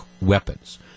weapons